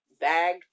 bag